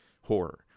horror